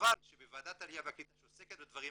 וחבל שבוועדת העלייה והקליטה שעוסקת בדברים